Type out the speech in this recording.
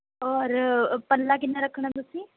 ਔਰ ਪੱਲਾ ਕਿੰਨਾ ਰੱਖਣਾ ਤੁਸੀਂ